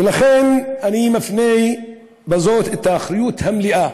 ולכן, אני מפנה בזה את האחריות המלאה